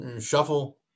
shuffle